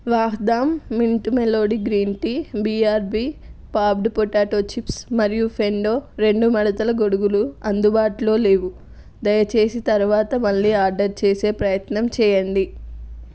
Vahdam mint melody green tea BRB popped potato chips మరియు Fendo రెండు మడతల గొడుగులు అందుబాటులో లేవు దయచేసి తరువాత మళ్ళీ ఆర్డర్ చేసే ప్రయత్నం చెయ్యండి